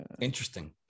interesting